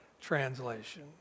Translation